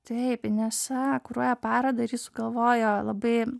taip inesa kuruoja paradą ir ji sugalvojo labai